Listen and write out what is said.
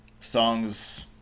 Songs